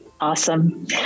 awesome